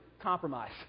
compromise